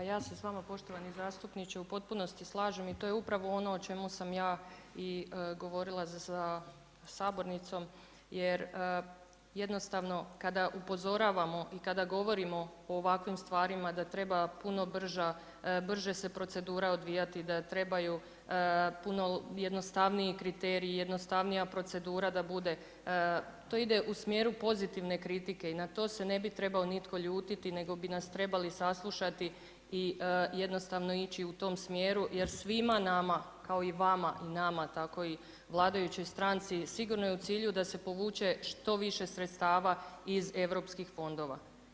Pa ja se s vama poštovani zastupniče u potpunosti slažem i to je upravo ono o čemu sam ja i govorila za govornicom jer jednostavno kad upozoravamo i kada govorimo o ovakvim stvarima da treba puno brže se procedura odvijati, da trebaju puno jednostavniji kriteriji, jednostavnija procedura da bude, to ide u smjeru pozitivne kritike i na to se ne bi trebao nitko ljutiti nego bi nas trebali saslušati i ići u tom smjeru jer svima nama kao i vama i nama tako i vladajućoj stranci sigurno je u cilju da se povuče što više sredstava iz europskih fondova.